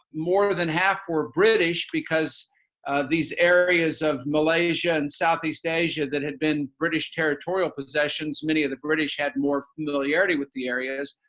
more than half were british because of these areas of malaysia and south east asia that had been british territorial posetions. many of the british had more familiarity with the areas,